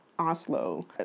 Oslo